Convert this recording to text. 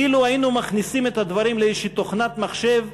אילו היינו מכניסים את הדברים לאיזושהי תוכנת מחשב,